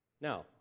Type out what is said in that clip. Now